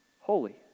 holy